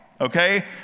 okay